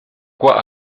quoi